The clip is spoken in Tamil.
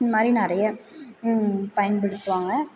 இந்த மாதிரி நிறைய பயன் படுத்துவாங்க